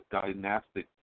dynastic